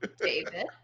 David